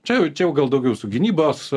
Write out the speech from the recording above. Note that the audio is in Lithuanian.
čia čia jau gal daugiau su gynybos